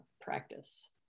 practice